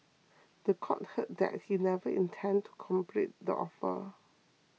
the court heard that he never intended to complete the offer